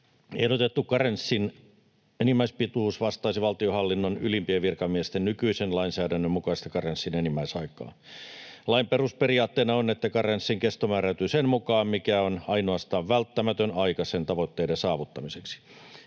Ehdotettu karenssin enimmäispituus vastaisi valtionhallinnon ylimpien virkamiesten nykyisen lainsäädännön mukaista karenssin enimmäisaikaa. Lain perusperiaatteena on, että karenssin kesto määräytyy sen mukaan, mikä on ainoastaan välttämätön aika sen tavoitteiden saavuttamiseksi.